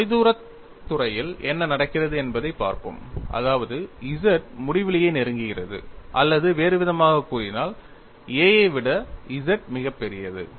தொலைதூரத் துறையில் என்ன நடக்கிறது என்பதைப் பார்ப்போம் அதாவது z முடிவிலியை நெருங்குகிறது அல்லது வேறுவிதமாகக் கூறினால் a ஐ விட z மிகப் பெரியது